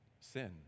Sin